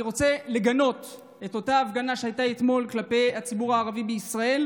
אני רוצה לגנות את אותה הפגנה שהייתה אתמול כלפי הציבור הערבי בישראל,